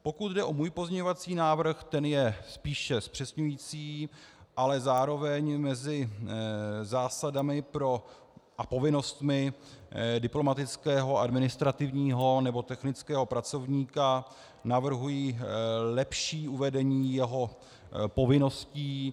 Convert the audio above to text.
Pokud jde o můj pozměňovací návrh, ten je spíše zpřesňující, ale zároveň mezi zásadami a povinnostmi diplomatického, administrativního nebo technického pracovníka navrhuji lepší uvedení jeho povinností.